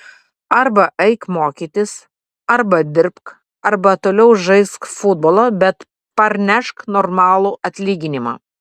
arba eik mokytis arba dirbk arba toliau žaisk futbolą bet parnešk normalų atlyginimą